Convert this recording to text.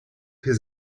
his